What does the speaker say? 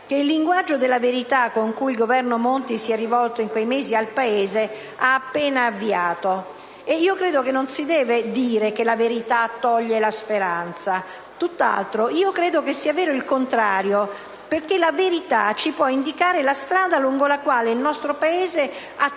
il linguaggio della verità con cui il Governo Monti sì è rivolto in quei mesi al Paese ha appena avviato. E non si deve dire che la verità toglie la speranza. Tutt'altro: io credo sia vero il contrario, perché la verità ci può indicare la strada lungo la quale il nostro Paese ha